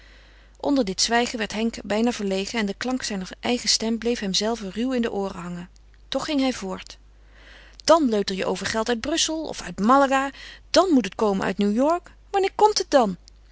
onder dit zwijgen werd henk bijna verlegen en de klank zijner eigen stem bleef hemzelven ruw in de ooren hangen toch ging hij voort dàn leuter je over geld uit brussel of uit malaga dàn moet het komen uit new-york wanneer komt het dan